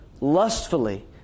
lustfully